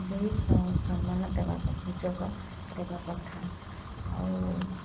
ସେହି ସମ୍ମାନ ଦେବା ସୁଯୋଗ ଦେବା କଥା ଆଉ